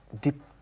deep